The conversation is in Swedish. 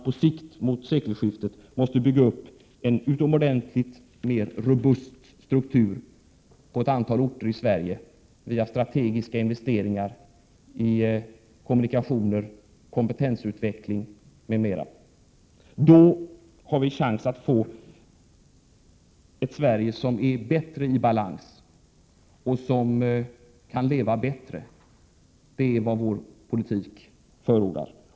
På sikt, framemot sekelskiftet, måste vi bygga upp en mycket mer robust struktur på ett antal orter i Sverige, via strategiska investeringar i kommunikationer, kompetensutveckling m.m. Då har vi chans att få ett Sverige som är i bättre balans och som kan leva bättre. Det är vad vi förordar.